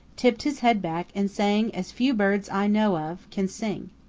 tipped his head back and sang as few birds i know of can sing.